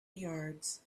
yards